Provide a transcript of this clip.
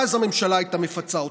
ואז הממשלה הייתה מפצה אותך.